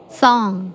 song